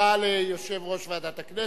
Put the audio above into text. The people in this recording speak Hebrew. תודה ליושב-ראש ועדת הכנסת.